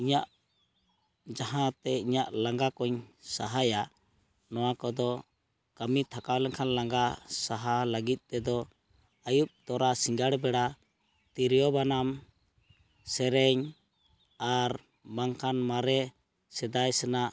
ᱤᱧᱟᱹᱜ ᱡᱟᱦᱟᱛᱮ ᱤᱧᱟᱹᱜ ᱞᱟᱸᱜᱟ ᱠᱚᱧ ᱥᱟᱦᱟᱭᱟ ᱱᱚᱣᱟ ᱠᱚᱫᱚ ᱠᱟᱹᱢᱤ ᱛᱷᱟᱠᱟᱣ ᱞᱮᱱᱠᱷᱟᱱ ᱞᱟᱸᱜᱟ ᱥᱟᱦᱟ ᱞᱟᱹᱜᱤᱫ ᱛᱮᱫᱚ ᱟᱹᱭᱩᱵ ᱛᱚᱨᱟ ᱥᱤᱸᱜᱟᱲ ᱵᱮᱲᱟ ᱛᱤᱨᱭᱳ ᱵᱟᱱᱟᱢ ᱥᱮᱨᱮᱧ ᱟᱨ ᱵᱟᱝᱠᱷᱟᱱ ᱢᱟᱨᱮ ᱥᱮᱫᱟᱭ ᱥᱮᱱᱟᱜ